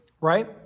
right